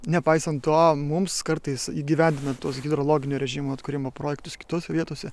nepaisant to mums kartais įgyvendina tos hidrologinio režimo atkūrimo projektus kitose vietose